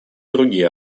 другие